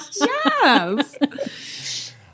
Yes